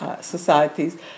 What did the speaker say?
societies